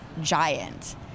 Giant